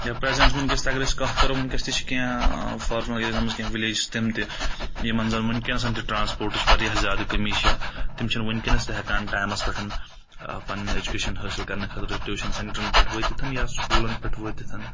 یا پرٛؠزَنٛٹ وٕنٛکؠس تہِ اگر أسۍ کَتھ کَرو وٕنٛکؠس تہِ چھِ کینٛہہ فارمَر اَیٚرِیازَن منٛز کینٛہہ وِلَیجٕس تِم تہِ یِمَن زَن وٕنٛکؠنَس تہِ ٹَرٛانَسپوٹٕچ واریاہ زیادٕ کٔمی چھےٚ تِم چھِنہٕ وٕنٛکؠنَس تہِ ہیٚکان ٹایمَس پؠٹھ پَنٕنۍ ایٚجُوکیشَن حٲصِل کَرنہٕ خٲطرٕ ٹیوٗشَن سؠنٹَرَن پؠٹھ وٲتِتھ یا سکوٗلَن پؠٹھ وٲتِتھ